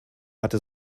hatte